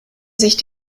sich